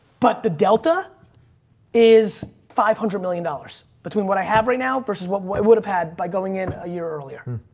but the delta is five hundred million dollars between what i have right now versus what i would have had by going in a year earlier.